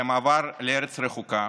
על המעבר לארץ רחוקה,